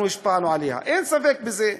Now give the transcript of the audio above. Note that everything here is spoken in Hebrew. אנחנו השפענו עליה, אין ספק בזה,